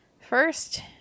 first